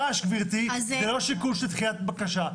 רעש, גברתי, זה לא שיקול של דחיית בקשה.